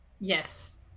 Yes